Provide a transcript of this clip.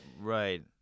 right